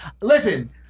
Listen